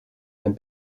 and